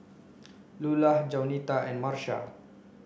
Lulah Jaunita and Marsha